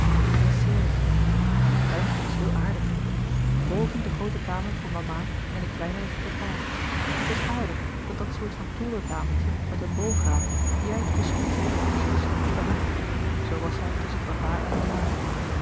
en het serretje en het tuintje was heel aardig boven de groote kamer voor mama en de kleinere voor papa en het was aardig dat dat soort van torenkamertje met een boograam juist tusschen die twee kamers was voor hem zoo was hij tusschen papa en mama